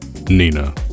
nina